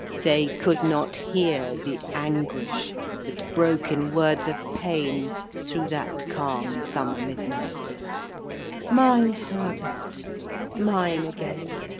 they could not hear the anguish that broke in words of pain through that calm summer midnight my herbert mine again!